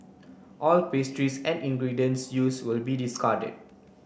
all pastries and ingredients use will be discarded